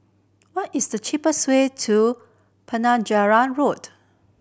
what is the cheapest way to Penjuru Road